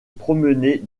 promener